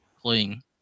clean